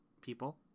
people